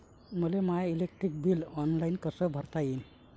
मले my electric bill online कस भरता येईन?